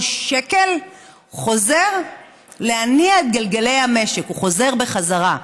כל שקל חוזר להניע את גלגלי המשק, חוזר בחזרה.